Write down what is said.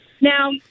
Now